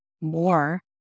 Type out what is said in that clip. more